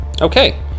okay